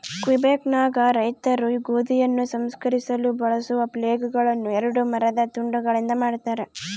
ಕ್ವಿಬೆಕ್ನಾಗ ರೈತರು ಗೋಧಿಯನ್ನು ಸಂಸ್ಕರಿಸಲು ಬಳಸುವ ಫ್ಲೇಲ್ಗಳುನ್ನ ಎರಡು ಮರದ ತುಂಡುಗಳಿಂದ ಮಾಡತಾರ